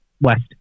west